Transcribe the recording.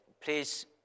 please